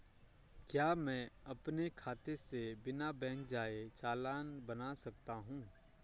क्या मैं अपने खाते से बिना बैंक जाए चालान बना सकता हूँ?